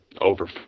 over